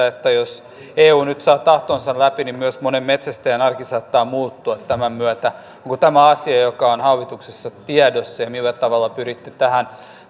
että jos eu nyt saa tahtonsa läpi niin myös monen metsästäjän arki saattaa muuttua tämän myötä onko tämä asia joka on hallituksessa tiedossa ja millä tavalla pyritte tähän